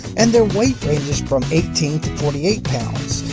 and their weight ranges from eighteen to forty eight pounds,